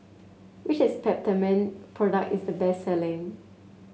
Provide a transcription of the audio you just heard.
which is Peptamen product is the best selling